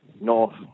North